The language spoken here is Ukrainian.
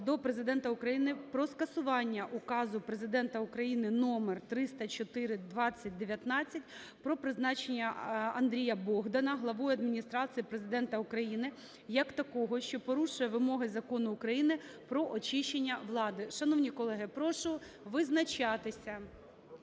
до Президента України про скасування Указу Президента України №304/2019 про призначення Андрія Богдана Главою Адміністрації Президента України, як такого, що порушує вимоги Закону України "Про очищення влади". Шановні колеги, прошу визначатися.